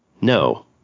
No